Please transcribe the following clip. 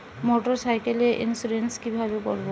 মোটরসাইকেলের ইন্সুরেন্স কিভাবে করব?